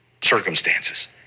circumstances